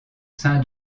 sein